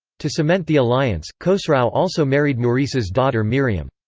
to cement the alliance, khosrau also married maurice's daughter miriam.